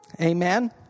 Amen